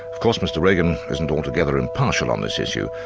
of course mr reagan isn't altogether impartial on this issue,